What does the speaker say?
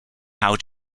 how